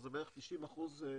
אז זה בערך 90% מהכמות.